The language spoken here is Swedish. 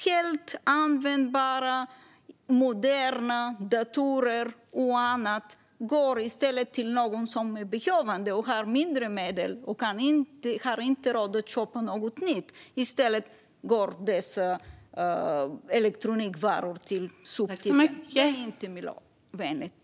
Fullt användbara, moderna datorer och annat hamnar där i stället för att gå till någon som är behövande och inte har råd att köpa något nytt. Det är inte miljövänligt.